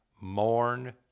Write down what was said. mourn